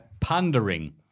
Pandering